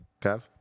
Kev